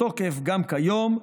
בתוקף גם כיום,